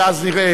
נשמע ואז נראה,